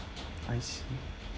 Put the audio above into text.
I see